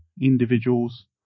individuals